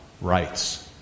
rights